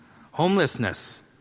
Homelessness